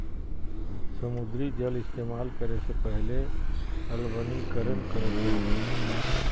समुद्री जल इस्तेमाल करे से पहले अलवणीकरण करल जा हय